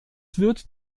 wird